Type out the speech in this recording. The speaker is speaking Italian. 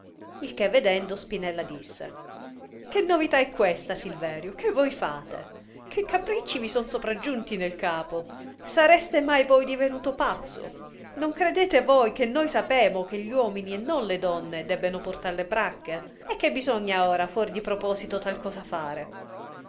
il che vedendo spinella disse che novità è questa silverio che voi fate che capricci mi son sopraggiunti nel capo sareste mai voi divenuto pazzo son credete voi che noi sapemo che gli uomini e non le donne debbeno portare le bracche e che bisogna ora fuor di proposito tal cosa fare